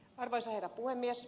arvoisa herra puhemies